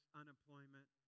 unemployment